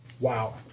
Wow